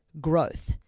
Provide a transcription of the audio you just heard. growth